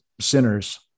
sinners